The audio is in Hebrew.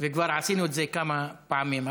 וכבר עשינו את זה כמה פעמים.